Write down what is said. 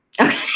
Okay